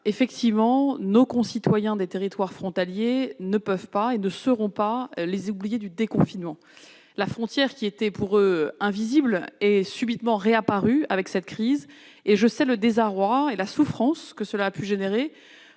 Létard, nos concitoyens des territoires frontaliers ne seront pas les oubliés du déconfinement. La frontière, qui était pour eux invisible, est subitement réapparue avec cette crise. Je sais le désarroi et la souffrance que cette